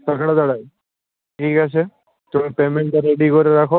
কাঁকড়াতলায় ঠিক আছে তুমি পেমেন্টটা রেডি করে রাখো